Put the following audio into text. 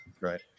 Right